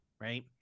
right